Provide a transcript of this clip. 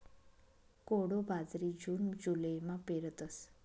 कोडो बाजरी जून जुलैमा पेरतस